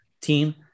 team